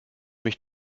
mich